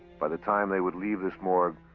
by the time they would leave this morgue,